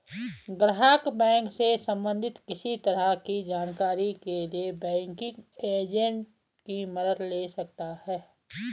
ग्राहक बैंक से सबंधित किसी तरह की जानकारी के लिए बैंकिंग एजेंट की मदद ले सकता है